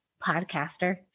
podcaster